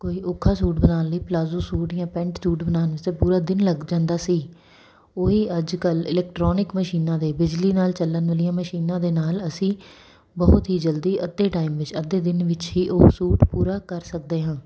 ਕੋਈ ਔਖਾ ਸੂਟ ਬਣਾਉਣ ਲਈ ਪਲਾਜੋ ਸੂਟ ਜਾਂ ਪੈਂਟ ਸੂਟ ਬਣਾਉਣ ਵਾਸਤੇ ਪੂਰਾ ਦਿਨ ਲੱਗ ਜਾਂਦਾ ਸੀ ਉਹ ਹੀ ਅੱਜ ਕੱਲ੍ਹ ਇਲੈਕਟਰੋਨਿਕ ਮਸ਼ੀਨਾਂ ਦੇ ਬਿਜਲੀ ਨਾਲ ਚੱਲਣ ਵਾਲੀਆਂ ਮਸ਼ੀਨਾਂ ਦੇ ਨਾਲ ਅਸੀਂ ਬਹੁਤ ਹੀ ਜਲਦੀ ਅੱਧੇ ਟਾਈਮ ਵਿੱਚ ਅੱਧੇ ਦਿਨ ਵਿੱਚ ਹੀ ਉਹ ਸੂਟ ਪੂਰਾ ਕਰ ਸਕਦੇ ਹਾਂ